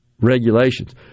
regulations